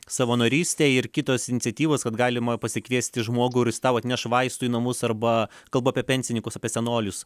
savanorystė ir kitos iniciatyvos kad galima pasikviesti žmogų ir jis tau atneš vaistų į namus arba kalbu apie pensininkus apie senolius